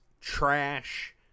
trash